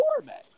quarterbacks